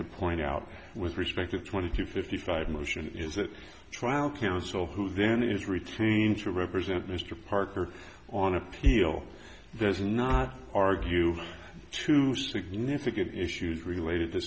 to point out with respect of twenty to fifty five motion is that trial counsel who then is retained to represent mr parker on appeal there's not argue to significant issues related to